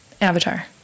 avatar